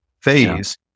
phase